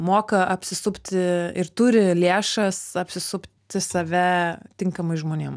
moka apsisupti ir turi lėšas apsisupti save tinkamais žmonėm